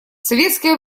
советское